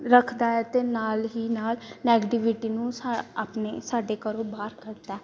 ਰੱਖਦਾ ਹੈ ਅਤੇ ਨਾਲ ਹੀ ਨਾਲ ਨੈਗੇਟਿਵਿਟੀ ਨੂੰ ਸਾ ਆਪਣੇ ਸਾਡੇ ਘਰੋਂ ਬਾਹਰ ਕੱਢਦਾ